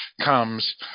comes